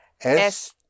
Es